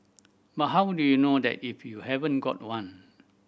but how do you know that if you haven't got one